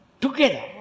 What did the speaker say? together